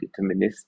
deterministic